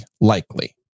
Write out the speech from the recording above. Likely